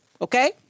okay